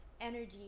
energy